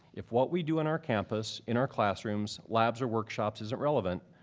if what we do in our campus, in our classrooms, labs, or workshops isn't relevant,